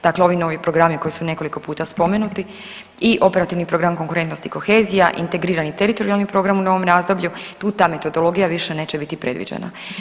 Dakle, ovi novi programi koji su nekoliko puta spomenuti i operativni program konkurentnost i kohezija, integrirani teritorijalni program u novom razdoblju, tu ta metodologija više neće biti predviđena.